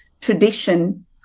tradition